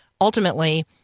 ultimately